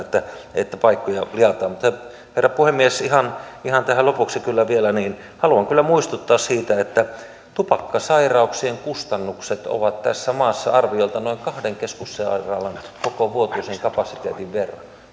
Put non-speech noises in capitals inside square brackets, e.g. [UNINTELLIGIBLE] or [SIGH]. [UNINTELLIGIBLE] että että paikkoja liataan herra puhemies ihan ihan tähän lopuksi vielä haluan kyllä muistuttaa siitä että tupakkasairauksien kustannukset ovat tässä maassa arviolta noin kahden keskussairaalan koko vuotuisen kapasiteetin verran